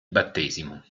battesimo